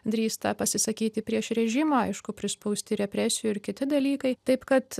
drįsta pasisakyti prieš rėžimą aišku prispausti represijų ir kiti dalykai taip kad